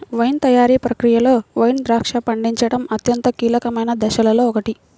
wine తయారీ ప్రక్రియలో wine ద్రాక్ష పండించడం అత్యంత కీలకమైన దశలలో ఒకటి